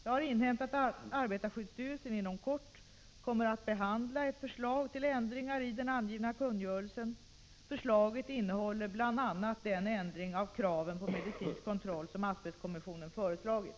Jag har inhämtat att arbetarskyddsstyrelsen inom kort kommer att behandla ett förslag till ändringar i den angivna kungörelsen. Förslaget innehåller bl.a. den ändring av kraven på medicinsk kontroll som asbestkommissionen föreslagit.